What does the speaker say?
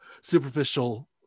superficial